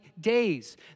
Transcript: days